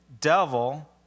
devil